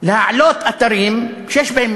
להעלות אתרים שיש בהם